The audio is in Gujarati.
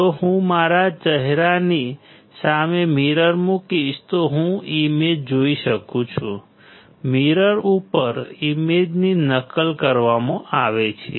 જો હું મારા ચહેરાની સામે મિરર મુકીશ તો હું ઇમેજ જોઈ શકું છું મિરર ઉપર ઇમેજની નકલ કરવામાં આવે છે